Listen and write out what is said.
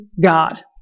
God